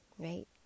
right